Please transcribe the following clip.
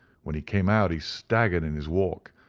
when he came out he staggered in his walk,